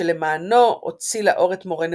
שלמענו הוציא לאור את מורה נבוכים,